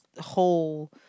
whole